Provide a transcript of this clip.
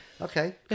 Okay